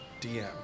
DM